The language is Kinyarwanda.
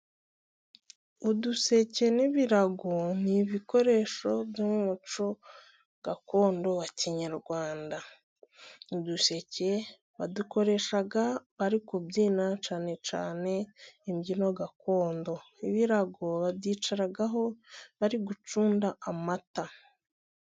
Uduseke n'ibirago ni ibikoresho byo mu muco gakondo wa kinyarwanda, uduseke badukoresha bari kubyina cyane cyane imbyino gakondo, ibirago babyicaraho bari gucunda amata.